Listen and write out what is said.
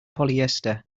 polyester